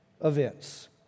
events